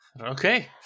okay